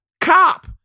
cop